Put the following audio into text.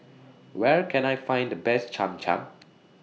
Where Can I Find The Best Cham Cham